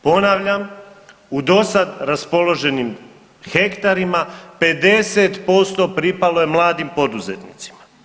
Ponavljam u do sad raspoloženim hektarima 50% pripalo je mladim poduzetnicima.